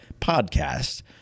podcast